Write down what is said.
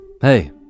Hey